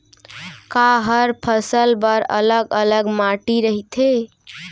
का हर फसल बर अलग अलग माटी रहिथे?